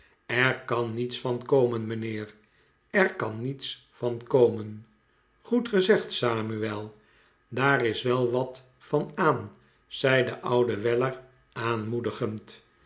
er kan niets van komen mijnheer er kan niets van komen goed gezegd samuel daar is wel wat van aan zei de oude weller aanmoedigend